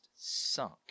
sunk